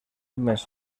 més